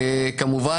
כמובן,